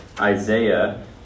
Isaiah